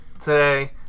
today